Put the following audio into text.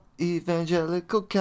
evangelical